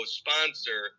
sponsor